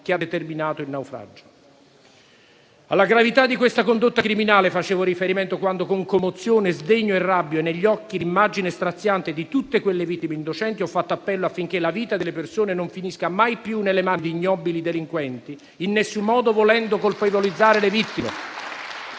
che ha determinato il naufragio. Alla gravità di questa condotta criminale facevo riferimento quando, con commozione, sdegno, rabbia e negli occhi l'immagine straziante di tutte quelle vittime innocenti, ho fatto appello affinché la vita delle persone non finisca mai più nelle mani di ignobili delinquenti, in nessun modo volendo colpevolizzare le vittime.